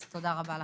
אז תודה רבה לכם.